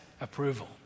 approval